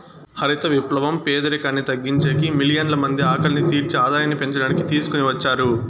హరిత విప్లవం పేదరికాన్ని తగ్గించేకి, మిలియన్ల మంది ఆకలిని తీర్చి ఆదాయాన్ని పెంచడానికి తీసుకొని వచ్చారు